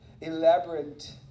elaborate